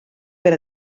per